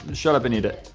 shut up and eat it